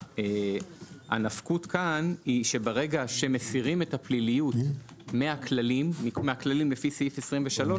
הנפקות כאן היא שברגע שמסירים את הפליליות מהכללים לפי סעיף 23,